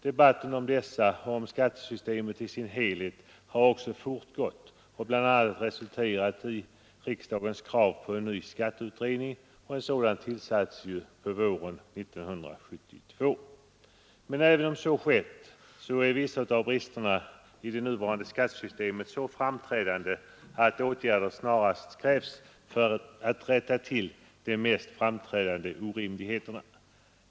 Debatten om dessa och om skattesystemet i dess helhet har också fortgått och bl.a. resulterat i riksdagens krav på en ny skatteutredning — och en sådan tillsattes ju på våren 1972. Men även om så skett är vissa av bristerna i det nuvarande skattesystemet så framträdande att åtgärder snarast krävs för att ta bort de största orättvisorna.